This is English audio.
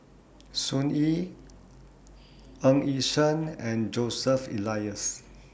Sun Yee Ng Yi Sheng and Joseph Elias